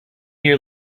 year